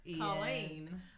Colleen